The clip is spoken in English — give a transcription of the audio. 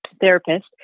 therapist